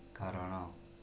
କାରଣ